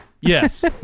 yes